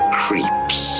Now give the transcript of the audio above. creeps